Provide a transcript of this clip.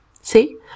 See